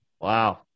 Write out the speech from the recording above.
Wow